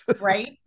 Right